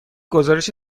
گزارش